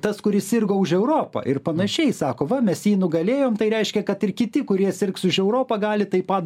tas kuris sirgo už europą ir panašiai sako va mes jį nugalėjom tai reiškia kad ir kiti kurie sirgs už europą gali taip